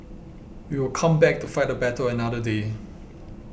we will come back to fight the battle another day